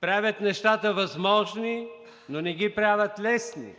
правят нещата възможни, но не ги правят лесни.